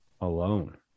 alone